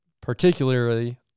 particularly